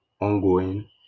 ongoing